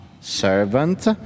servant